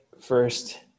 first